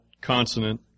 consonant